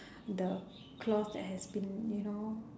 the cloth that has been you know